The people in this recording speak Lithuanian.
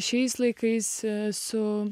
šiais laikais su